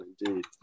indeed